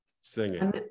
singing